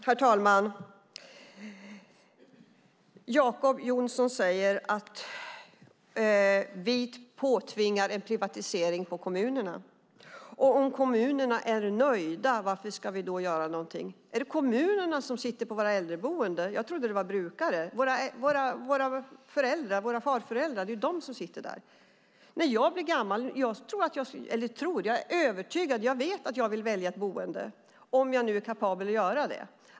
Herr talman! Jacob Johnson säger att vi påtvingar en privatisering på kommunerna och att om kommunerna är nöjda, varför ska vi då göra någonting? Är det kommunerna som sitter på våra äldreboenden? Jag trodde att det var brukare - våra föräldrar och farföräldrar. Det är de som sitter där. När jag blir gammal tror jag - nej, jag är övertygad; jag vet - att jag vill välja ett boende, om jag nu är kapabel att göra det.